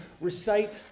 recite